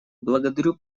благодарю